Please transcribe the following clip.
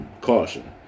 Caution